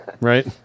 right